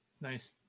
Nice